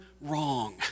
wrong